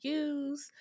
use